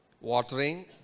Watering